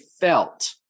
felt